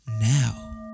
now